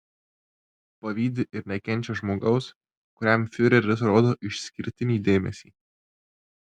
pavydi ir nekenčia žmogaus kuriam fiureris rodo išskirtinį dėmesį